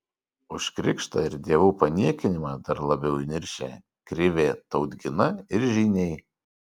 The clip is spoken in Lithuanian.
už krikštą ir dievų paniekinimą dar labiau įniršę krivė tautgina ir žyniai